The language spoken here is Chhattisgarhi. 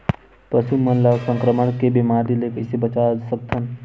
पशु मन ला संक्रमण के बीमारी से कइसे बचा सकथन?